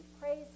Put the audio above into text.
Praise